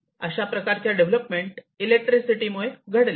या अशा प्रकारच्या डेव्हलपमेंट इलेक्ट्रिसिटी मुळे घडल्या